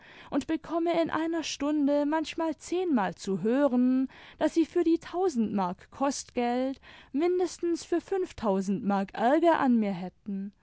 und bekomme in einer stünde manchmal zehnmal zu hören daß sie für die tausend mark kostgeld mindestens für fünftausend mark ärger an mir hätten